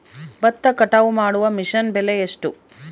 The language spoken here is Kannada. ಭತ್ತ ಕಟಾವು ಮಾಡುವ ಮಿಷನ್ ಬೆಲೆ ಎಷ್ಟು?